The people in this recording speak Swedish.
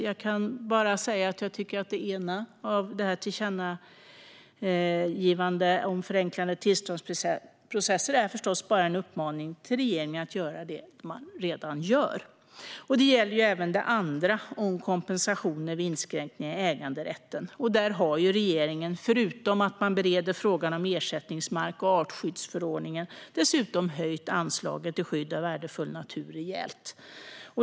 Jag kan bara säga att jag tycker att det ena tillkännagivandet om förenklade tillståndsprocesser förstås bara är en uppmaning till regeringen att göra det man redan gör. Det gäller även det andra tillkännagivandet om kompensation vid inskränkningar i äganderätten. Där har regeringen förutom att man bereder frågan om ersättningsmark och artskyddsförordningen dessutom höjt anslaget Skydd av värdefull natur rejält.